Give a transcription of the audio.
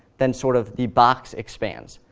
then sort of the box expands.